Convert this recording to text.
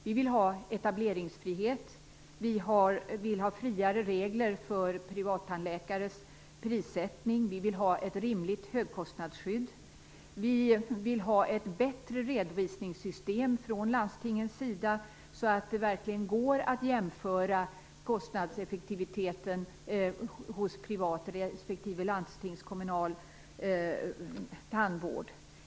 Vi vill ha etableringsfrihet, friare regler för privattandläkares prissättning, ett rimligt högkostnadsskydd och ett bättre redovisningssystem från landstingens sida så att det verkligen går att jämföra kostnadseffektiviten hos privat respektive landstingskommunal tandvård.